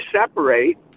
separate